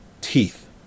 Teeth